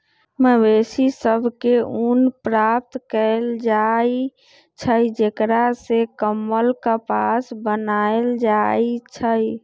मवेशि सभ से ऊन प्राप्त कएल जाइ छइ जेकरा से गरम कपरा बनाएल जाइ छइ